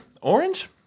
Orange